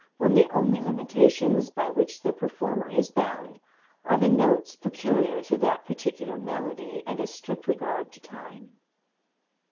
when the only limitations by which the performer is bound are the notes peculiar to that particular melody and a strict regard to time